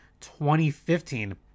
2015